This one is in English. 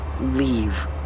leave